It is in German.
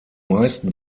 meisten